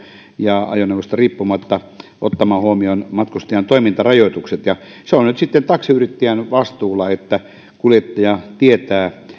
ja ajoneuvosta riippumatta ottamaan huomioon matkustajan toimintarajoitukset ja se on nyt sitten taksiyrittäjän vastuulla että kuljettaja tietää